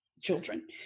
children